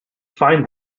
find